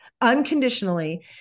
Unconditionally